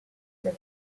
that